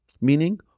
meaning